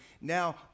now